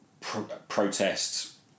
protests